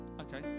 okay